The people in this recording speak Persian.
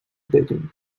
بدونی